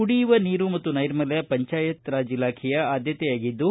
ಕುಡಿಯುವ ನೀರು ಮತ್ತು ನೈರ್ಮಲ್ಯ ಪಂಚಾಯತ್ ರಾಜ್ ಇಲಾಖೆ ಆದ್ಯತೆಯಾಗಿದ್ದು